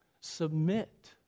submit